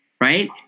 right